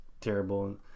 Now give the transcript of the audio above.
terrible